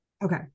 Okay